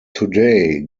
today